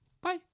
Bye